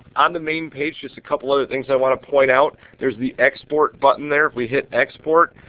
on the main page, just a couple of other things i want to point out. there is the export button there. if we hit export,